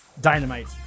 Dynamite